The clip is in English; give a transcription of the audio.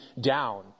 down